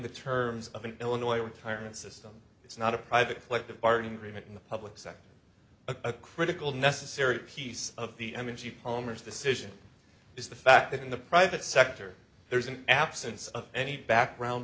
the terms of an illinois retirement system it's not a private elective party agreement in the public sector a critical necessary piece of the energy palmer's decision is the fact that in the private sector there's an absence of any background